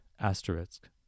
asterisk